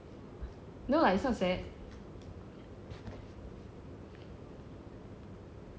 no it's not sad